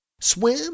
Swim